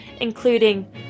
including